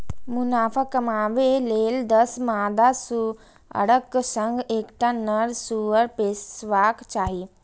मुनाफा कमाबै लेल दस मादा सुअरक संग एकटा नर सुअर पोसबाक चाही